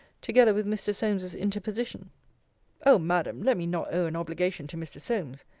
together with mr. solmes's interposition o madam, let me not owe an obligation to mr. solmes.